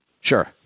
Sure